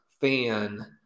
fan